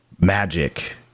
magic